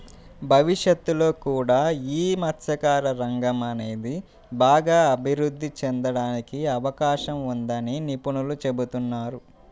భవిష్యత్తులో కూడా యీ మత్స్యకార రంగం అనేది బాగా అభిరుద్ధి చెందడానికి అవకాశం ఉందని నిపుణులు చెబుతున్నారు